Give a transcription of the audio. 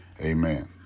Amen